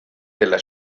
della